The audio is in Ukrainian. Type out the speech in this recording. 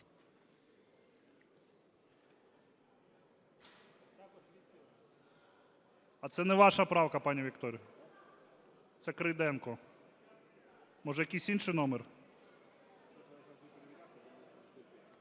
А це не ваша правка, пані Вікторія, це Крейденко. Може, який інший номер?